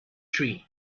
three